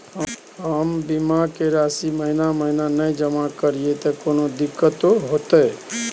हम बीमा के राशि महीना महीना नय जमा करिए त कोनो दिक्कतों होतय?